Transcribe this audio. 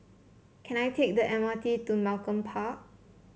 can I take the M R T to Malcolm Park